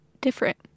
different